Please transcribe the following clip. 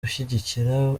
gushyigikira